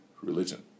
religion